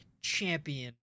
champion